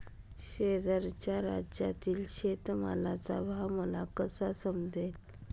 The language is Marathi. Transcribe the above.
शेजारच्या राज्यातील शेतमालाचा भाव मला कसा समजेल?